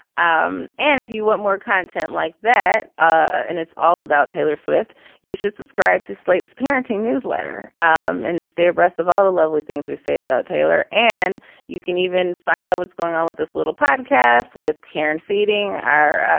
um and if you want more content like that and it's all about taylor swift you should subscribe to slate's parenting newsletter um and stay abreast of all the lovely things we say about taylor. and you can even find out what's going on with this little podcast with karen feeding our